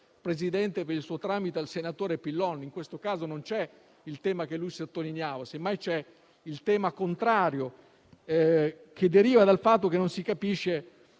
Presidente, per il suo tramite lo dico al senatore Pillon: in questo caso non c'è il tema che lui sottolineava; semmai c'è il tema contrario, che deriva dal fatto che non si capisce